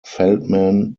feldman